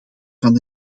van